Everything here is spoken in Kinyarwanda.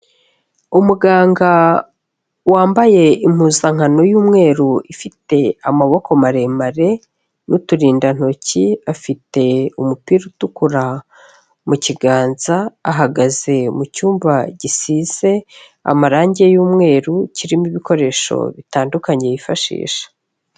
Umuganga wambaye impuzankano y'umweru ifite amaboko maremare n'uturindantoki, afite umupira utukura mu kiganza, ahagaze mu cyumba gisize amarangi y'umweru, kirimo ibikoresho bitandukanye yifashisha.